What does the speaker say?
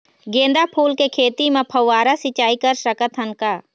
गेंदा फूल के खेती म फव्वारा सिचाई कर सकत हन का?